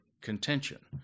contention